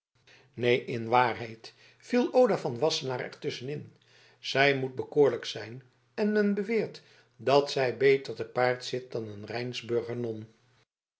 neen in waarheid viel oda van wassenaar er tusschen in zij moet bekoorlijk zijn en men beweert dat zij beter te paard zit dan een rijnsburger non